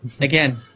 again